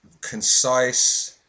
concise